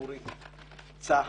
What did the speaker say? אורי גורדין,